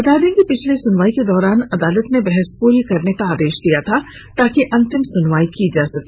बता दें कि पिछली सुनवाई के दौरान अदालत ने बहस पूरी करने का आदेश दिया था ताकि अंतिम सुनवाई की जा सके